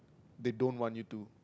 they don't want you to